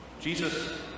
Jesus